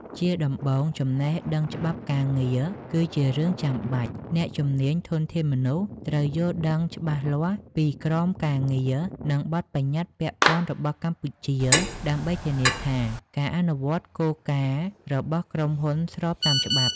ជាដំបូង ចំណេះដឹងច្បាប់ការងារ គឺជារឿងចាំបាច់ អ្នកជំនាញ ធនធានមនុស្ស ត្រូវយល់ដឹងច្បាស់លាស់ពីក្រមការងារ និងបទប្បញ្ញត្តិពាក់ព័ន្ធរបស់កម្ពុជា ដើម្បីធានាថាការអនុវត្តគោលការណ៍របស់ក្រុមហ៊ុនស្របតាមច្បាប់។